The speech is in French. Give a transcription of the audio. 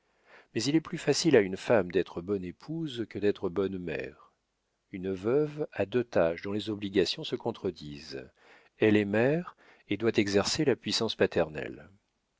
mais il est plus facile à une femme d'être bonne épouse que d'être bonne mère une veuve a deux tâches dont les obligations se contredisent elle est mère et doit exercer la puissance paternelle